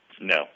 No